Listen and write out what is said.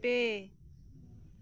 ᱯᱮ